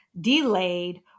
delayed